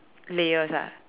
layers ah